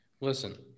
Listen